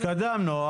התקדמנו.